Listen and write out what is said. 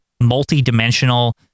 multi-dimensional